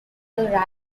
after